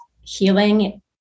healing